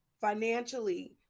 Financially